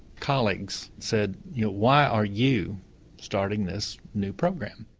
colleagues said, you know why are you starting this new program?